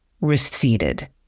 receded